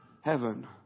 heaven